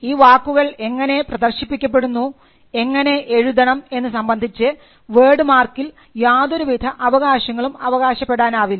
ഈ വാക്കുകൾ എങ്ങനെ പ്രദർശിപ്പിക്കപ്പെടുന്നു എങ്ങനെ എഴുതണം എന്ന് സംബന്ധിച്ച് വേർഡ് മാർക്കിൽ യാതൊരുവിധ അവകാശങ്ങളും അവകാശപ്പെടാനാവില്ല